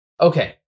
Okay